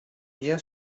bien